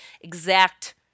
exact